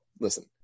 listen